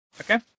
Okay